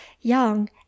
Young